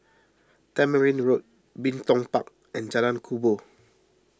Tamarind Road Bin Tong Park and Jalan Kubor